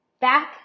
back